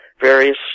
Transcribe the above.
various